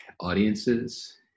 audiences